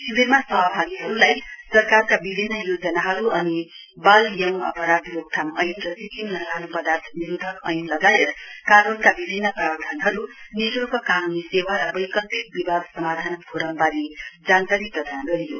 शिविरमा सहभागीहरूलाई सरकारका विभिन्न योजनाहरू अनि बाल यौन अपराध रोकथाम ऐन र सिक्किम नशालु पर्दाथ निरोधक ऐन लगायत कानूनका विभिन्न प्रावधानहरू निशुल्क कानूनी सेवा र बैकल्पिक विवाद समाधान फोरमबारे जानकारी प्रदान गरियो